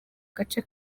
gace